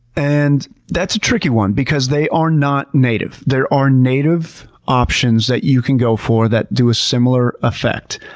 and that's a tricky one because they are not native. there are native options that you can go for that do a similar effect.